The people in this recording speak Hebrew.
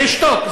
ולשתוק.